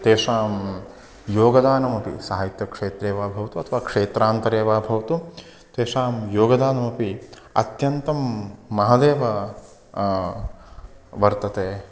तेषां योगदानमपि साहित्यक्षेत्रे वा भवतु अथवा क्षेत्रान्तरे वा भवतु तेषां योगदानमपि अत्यन्तं महदेव वर्तते